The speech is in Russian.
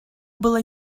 было